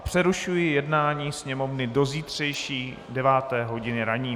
Přerušuji jednání Sněmovny do zítřejší 9. hodiny ranní.